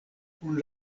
kun